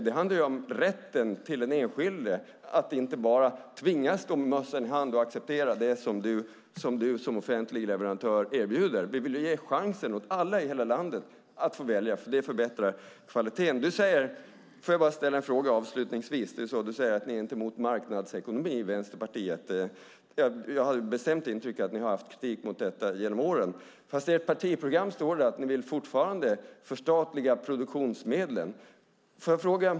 Det handlar ju om rätt för den enskilde att inte bara tvingas stå med mössan i hand och acceptera det som du som offentlig leverantör erbjuder. Vi vill ge alla i hela landet chansen att få välja. Det förbättrar kvaliteten. Får jag bara ställa en fråga avslutningsvis? Du säger att Vänsterpartiet inte är emot marknadsekonomi. Jag har ett bestämt intryck av att ni har fört fram kritik mot detta genom åren. I ert partiprogram står det fortfarande att ni vill förstatliga produktionsmedlen.